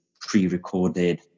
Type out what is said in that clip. pre-recorded